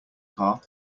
car